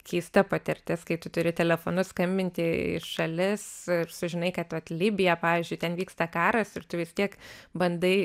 keista patirtis kai tu turi telefonu skambinti į šalis ir sužinai kad vat libija pavyzdžiui ten vyksta karas ir tu vis tiek bandai